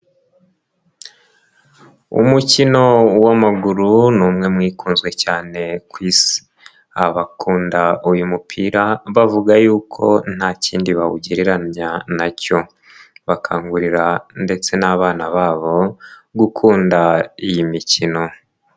Umukino w'amaguru ni umwe mu ikunzwe cyane ku isi, abakunda uyu mupira bavuga yuko nta kindi bawugereranya nacyo. Bakangurira ndetse n'abana babo gukunda iyi mikino.